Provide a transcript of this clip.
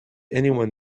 anyone